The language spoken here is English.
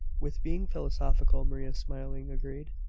with being philosophical, maria smilingly agreed.